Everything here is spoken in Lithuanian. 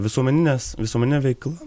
visuomeninės visuomeninė veikla